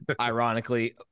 ironically